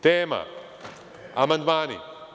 Tema amandmani.